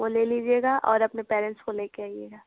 वो ले लीजिएगा और अपने पेरेंट्स को ले कर आइएगा